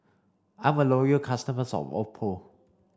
I'm a loyal customer of Oppo